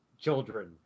children